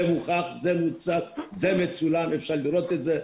זה מוכח, זה מוצק, זה מצולם, אפשר לראות את זה.